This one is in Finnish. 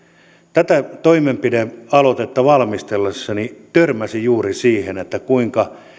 tätä toimenpidealoitetta valmistellessani törmäsin juuri siihen kuinka